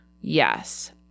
Yes